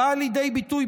הבאה לידי ביטוי,